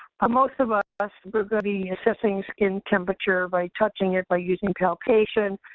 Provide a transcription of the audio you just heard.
for most of ah us we're going to be assessing skin temperature by touching it, by using palpation.